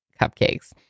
cupcakes